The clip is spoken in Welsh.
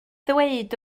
ddweud